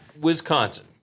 Wisconsin